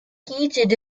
heated